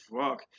Fuck